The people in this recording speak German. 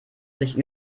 sich